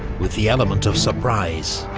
with the element of surprise.